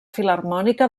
filharmònica